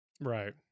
Right